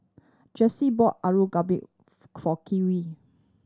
Jaycee bought Alu Gobi for Kerwin